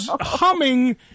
humming